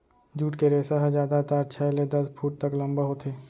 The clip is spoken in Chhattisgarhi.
जूट के रेसा ह जादातर छै ले दस फूट तक लंबा होथे